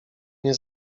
nie